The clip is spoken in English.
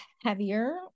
heavier